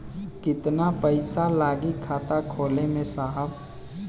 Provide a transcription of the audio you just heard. कितना पइसा लागि खाता खोले में साहब?